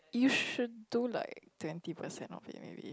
you should do like twenty percent of it maybe